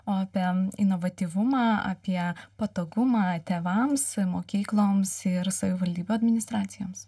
apie inovatyvumą apie patogumą tėvams mokykloms ir savivaldybių administracijoms